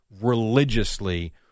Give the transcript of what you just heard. religiously